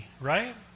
right